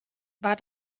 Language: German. war